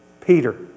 Peter